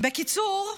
בקיצור,